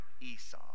Esau